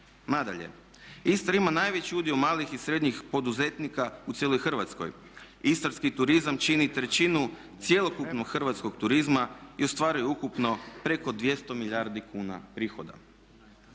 Nadalje, Istra ima najveći udio malih i srednjih poduzetnika u cijeloj Hrvatskoj. Istarski turizam čini trećinu cjelokupnog hrvatskog turizma i ostvaruje ukupno preko 200 milijardi kuna prihoda.